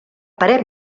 parer